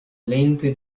lehnte